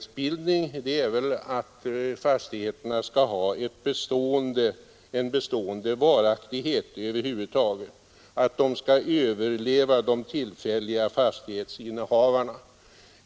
Meningen med den är väl att fastigheterna skall ha en bestående varaktighet, att de skall överleva de tillfälliga fastighetsinnehavarna.